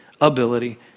ability